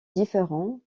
différents